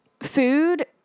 food